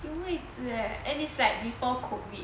有位子 eh and it's like before COVID